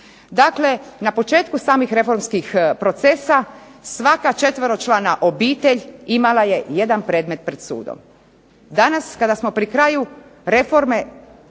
Dakle, na početku samih reformskih procesa svaka četveročlana obitelj imala je jedan predmet pred sudom. Danas kada smo pred krajem reforme